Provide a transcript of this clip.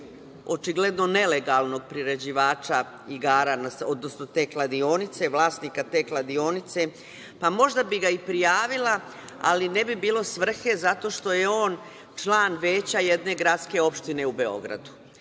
očigledno nelegalnog priređivača igara na sreću, odnosno te kladionice, vlasnika te kladionice? Pa možda bih ga i prijavila, ali ne bi bilo svrhe, zato što je on član veća jedne gradske opštine u Beogradu. Evo